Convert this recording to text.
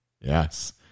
Yes